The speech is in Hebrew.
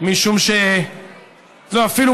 משום שאפילו,